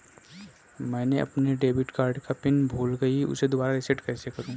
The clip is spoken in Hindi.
मैंने अपने डेबिट कार्ड का पिन भूल गई, उसे दोबारा रीसेट कैसे करूँ?